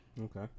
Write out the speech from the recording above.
Okay